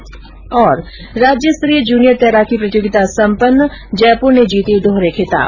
्र राज्य स्तरीय जूनियर तैराकी प्रतियोगिता सम्पन्न जयपुर ने जीते दोहरे खिताब